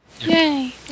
Yay